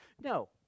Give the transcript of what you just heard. No